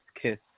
kiss